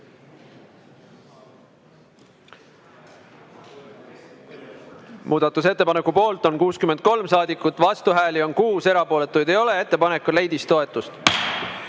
Muudatusettepaneku poolt on 63 saadikut, vastuhääli on 6, erapooletuid ei ole. Ettepanek leidis toetust.